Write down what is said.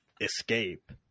escape